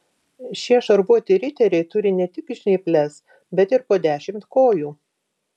šie šarvuoti riteriai turi ne tik žnyples bet ir po dešimt kojų